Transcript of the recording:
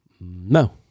No